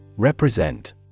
Represent